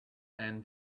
and